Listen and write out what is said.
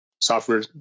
software